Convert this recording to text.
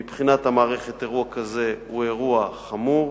מבחינת המערכת, אירוע כזה הוא אירוע חמור,